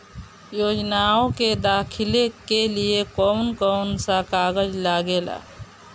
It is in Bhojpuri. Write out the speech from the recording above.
योजनाओ के दाखिले के लिए कौउन कौउन सा कागज लगेला?